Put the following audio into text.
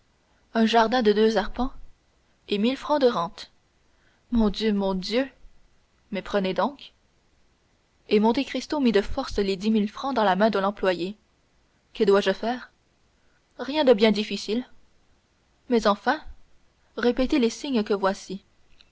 un jardin de deux arpents et mille francs de rente mon dieu mon dieu mais prenez donc et monte cristo mit de force les dix mille francs dans la main de l'employé que dois-je faire rien de bien difficile mais enfin répéter les signes que voici